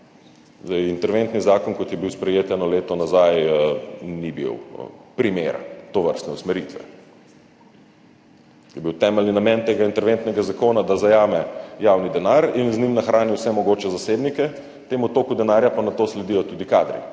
Interventni zakon, kot je bil sprejet eno leto nazaj, ni bil primer tovrstne usmeritve. To je bil temeljni namen tega interventnega zakona – da zajame javni denar in z njim nahrani vse mogoče zasebnike, temu toku denarja pa nato sledijo tudi kadri.